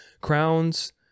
crowns